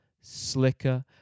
slicker